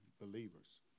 believers